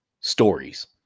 Stories